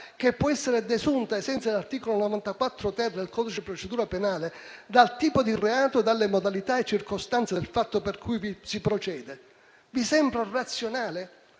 che può essere desunta, ai sensi dell'articolo 94-*ter* del codice procedura penale, dal tipo di reato e dalle modalità e circostanze del fatto per cui si procede. Vi sembra razionale